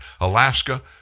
Alaska